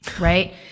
right